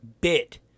bit